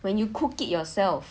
when you cook it yourself